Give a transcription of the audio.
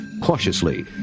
Cautiously